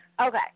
Okay